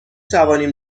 توانیم